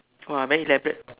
!wah! very elaborate